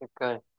Okay